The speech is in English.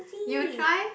you try